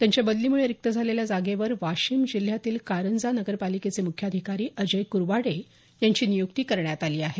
त्यांच्या बदलीमुळे रिक्त झालेल्या जागेवर वाशिम जिल्ह्यातील कारंजा नगरपालिकेचे मुख्याधिकारी अजय कुरवाडे यांची यांची नियुक्ती करण्यात आली आहे